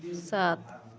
सात